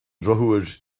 drochuair